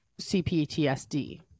CPTSD